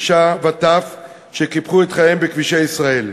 אישה וטף שקיפחו את חייהם בכבישי ישראל.